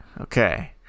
Okay